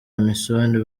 amisom